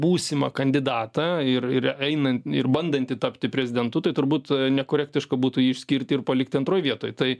būsimą kandidatą ir ir einan ir bandantį tapti prezidentu tai turbūt nekorektiška būtų jį išskirti ir palikti antroj vietoj tai